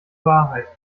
wahrheit